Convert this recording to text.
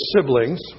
siblings